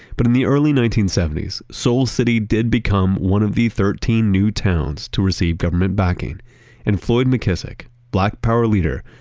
but in the early nineteen seventy s, soul city did become one of the thirteen new towns to receive government backing and floyd mckissick, black power leader,